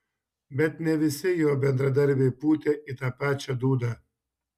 bet ne visi jo bendradarbiai pūtė į tą pačią dūdą